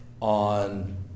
on